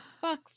Fuck